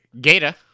Gata